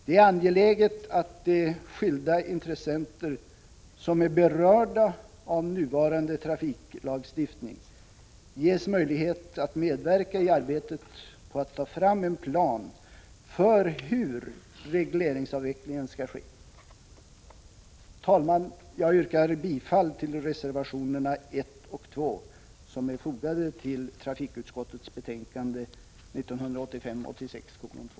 Det är angeläget att de skilda intressenter som är berörda av nuvarande trafiklagstiftning ges möjlighet att medverka i arbetet på att ta fram en plan för hur regleringsavvecklingen skall ske. Herr talman! Jag yrkar bifall till reservationerna 1 och 2 som är fogade till trafikutskottets betänkande 1985/86:2.